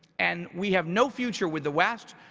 and we have no future with the west,